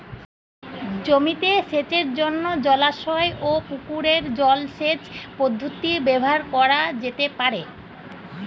জমিতে সেচের জন্য জলাশয় ও পুকুরের জল সেচ পদ্ধতি ব্যবহার করা যেতে পারে?